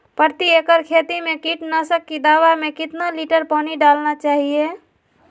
प्रति एकड़ खेती में कीटनाशक की दवा में कितना लीटर पानी डालना चाइए?